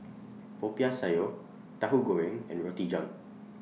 Popiah Sayur Tahu Goreng and Roti John